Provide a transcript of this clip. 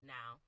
Now